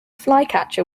flycatcher